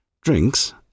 drinks